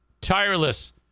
Tireless